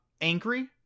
angry